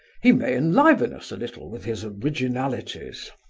he may enliven us a little with his originalities.